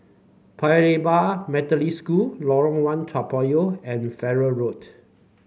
Paya Lebar Methodist School Lorong One Toa Payoh and Farrer Road